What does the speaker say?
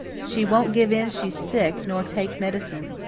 she won't give in she's sick, nor take medicine.